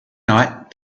night